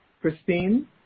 Christine